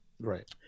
right